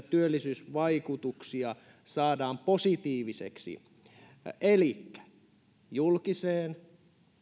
työllisyysvaikutuksia saadaan positiiviseksi elikkä julkisiin